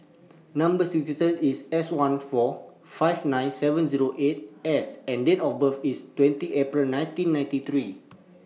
Number sequence IS S one four five nine seven Zero eight S and Date of birth IS twenty April nineteen ninety three